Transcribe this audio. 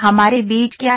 हमारे बीच क्या है